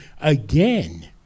again